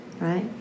right